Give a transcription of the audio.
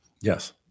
Yes